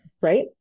Right